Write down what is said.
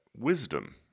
wisdom